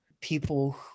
people